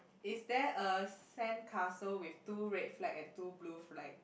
is there a sandcastle with two red flag and two blue flag